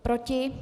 Proti?